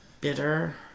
bitter